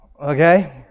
Okay